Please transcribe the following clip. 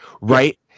Right